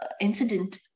incident